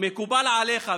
מקובל עליך,